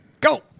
Go